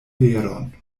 veron